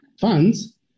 funds